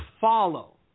follow